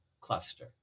cluster